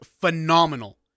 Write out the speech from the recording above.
phenomenal